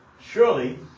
Surely